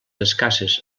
escasses